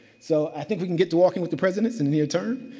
so, i think we can get to walking with the presidents in near term.